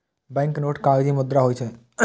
banknote कागजी मुद्रा होइ छै